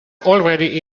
already